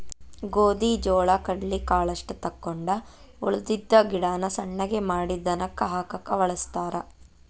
ಗೋದಿ ಜೋಳಾ ಕಡ್ಲಿ ಕಾಳಷ್ಟ ತಕ್ಕೊಂಡ ಉಳದಿದ್ದ ಗಿಡಾನ ಸಣ್ಣಗೆ ಮಾಡಿ ದನಕ್ಕ ಹಾಕಾಕ ವಳಸ್ತಾರ